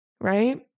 Right